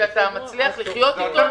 שאתה מצליח איתו.